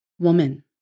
woman